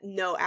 no